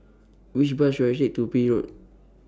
Which Bus should I Take to Peel Road